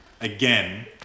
again